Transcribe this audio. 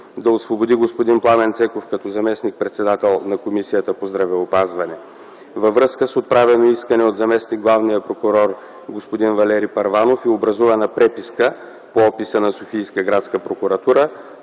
Да освободи господин Пламен Цеков като заместник-председател на Комисията по здравеопазване. 2. Във връзка с отправено искане от заместник главния прокурор господин Валери Първанов и образувана преписка по описа на Софийска градска прокуратура